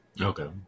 Okay